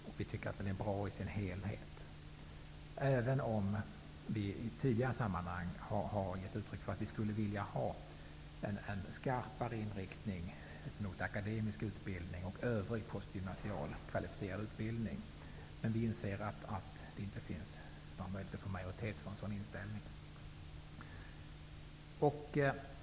Vi tycker att propositionen är bra i sin helhet, även om vi tidigare har gett uttryck för att vi gärna skulle vilja se en skarpare inriktning mot akademisk utbildning och övrig postgymnasial kvalificerad utbildning. Vi inser att det inte finns möjligheter att få majoritet för en sådan inställning.